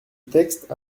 texte